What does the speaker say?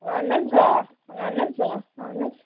اَہَن حظ آ اَہَن حظ آ اَہَن حظ